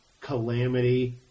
calamity